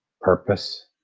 purpose